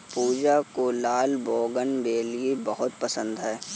पूजा को लाल बोगनवेलिया बहुत पसंद है